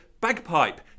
bagpipe